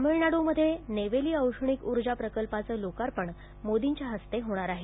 तमिळनाडूमध्ये नेवेली औष्णिक उर्जा प्रकल्पाचं लोकार्पण मोर्दींच्या हस्ते होणार आहे